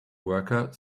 worker